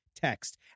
text